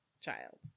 child